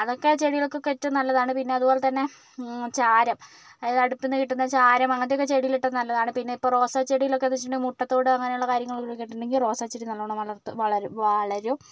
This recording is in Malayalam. അതൊക്കെ ചെടികൾക്ക് ഒക്കെ ഏറ്റവും നല്ലതാണ് പിന്നെ അതുപോലെ തന്നെ ചാരം അതായത് അടുപ്പിൽ നിന്ന് കിട്ടുന്ന ചാരം അങ്ങനത്തെ ഒക്കെ ചെടിയിൽ ഇട്ടാൽ നല്ലതാണ് പിന്നെ റോസാ ചെടിയിൽ ഒക്കെ എന്ന് വെച്ചിട്ടുണ്ടേൽ മുട്ട തോട് അങ്ങനെയുള്ള കാര്യങ്ങൾ ഒക്കെ ഇട്ടിട്ടുണ്ടേൽ റോസാ ചെടി നല്ലോണം വളർത്തും വളരും വളരും